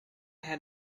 had